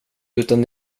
utan